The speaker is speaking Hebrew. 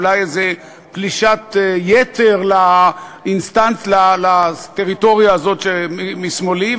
אולי איזו גלישת יתר לטריטוריה הזאת שמשמאלי,